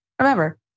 Remember